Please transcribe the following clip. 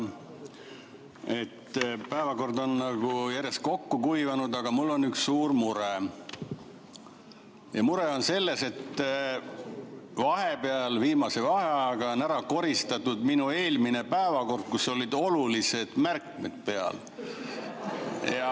Päevakord on nagu järjest kokku kuivanud, aga mul on üks suur mure. Mure on selles, et vahepeal, viimase vaheajaga on ära koristatud minu eelmine päevakord, kus olid olulised märkmed peal.